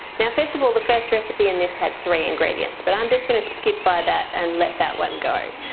now first of all the first recipe in this had three ingredients but i'm just gonna skip by that and let that one go.